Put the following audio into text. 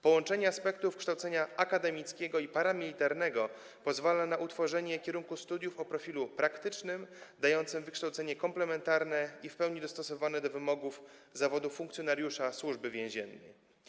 Połączenie aspektów kształcenia akademickiego i paramilitarnego pozwala na utworzenie kierunku studiów o profilu praktycznym, dającym wykształcenie komplementarne i w pełni dostosowane do wymogów zawodu funkcjonariusza Służby Więziennej.